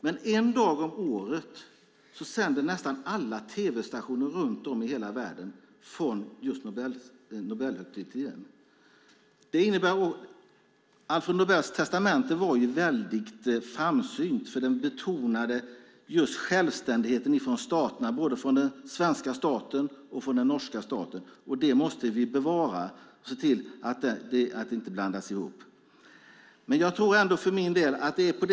Men en dag om året sänder nästan alla tv-stationer runt om i hela världen från Nobelprisfirandet. Nobels testamente var väldigt framsynt. Det betonade självständigheten från staten, både från den svenska staten och från den norska staten, och den måste vi bevara och se till att staten inte blandas in.